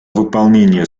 выполнения